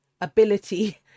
ability